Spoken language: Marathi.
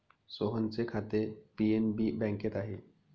सोहनचे खाते पी.एन.बी बँकेत आहे